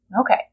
Okay